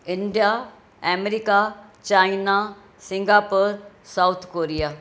India America China Singapore South Korea